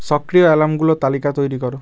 সক্রিয় অ্যালার্মগুলোর তালিকা তৈরি করো